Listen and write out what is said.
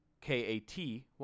K-A-T